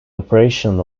operation